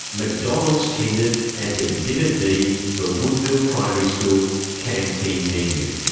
mcdonald's tendered as exhibit d the woodville primary school canteen menu.